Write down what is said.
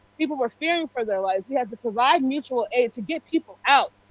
people were fearing for their life. got to provide mutual aid to get people out.